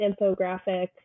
infographic